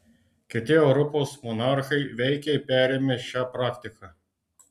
kiti europos monarchai veikiai perėmė šią praktiką